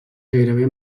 gairebé